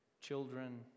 children